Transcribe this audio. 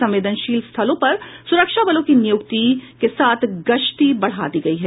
संवेदनशील स्थलों पर सुरक्षा बलों की नियुक्ति के साथ गश्ती बढ़ा दी गयी है